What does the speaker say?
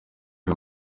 ari